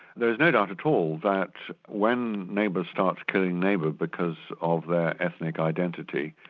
there's no doubt at all that when neighbour starts killing neighbour because of their ethnic identity,